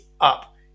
up